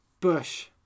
bush